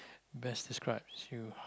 best describes you